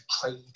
trade